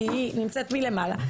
כי היא נמצאת מלמעלה.